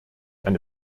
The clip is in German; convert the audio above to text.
eine